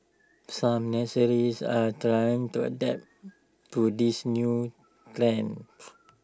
some nurseries are trying to adapt to these new trends